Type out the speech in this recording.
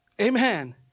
amen